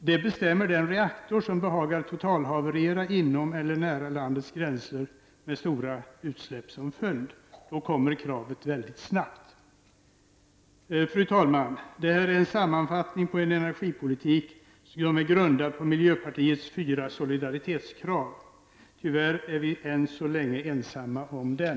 Det bestämmer den reaktor som behagar totalhaverera inom eller nära landets gränser med stora utsläpp som följd. Då kommer kravet mycket snabbt. Fru talman! Det här är en sammanfattning på en energipolitik som jag vill grunda på miljöpartiets fyra solidaritetskrav. Tyvärr är vi än så länge ensamma om dem.